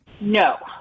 no